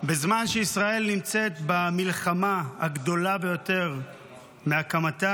בזמן שישראל נמצאת במלחמה הגדולה ביותר מהקמתה